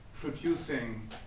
producing